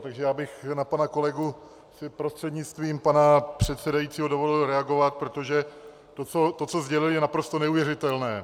Takže já bych si na pana kolegu prostřednictvím pana předsedajícího dovolil reagovat, protože to, co sdělil, je naprosto neuvěřitelné.